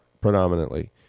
predominantly